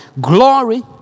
glory